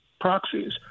proxies